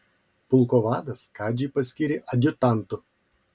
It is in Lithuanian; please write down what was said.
pulko vadas kadžį paskyrė adjutantu